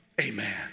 Amen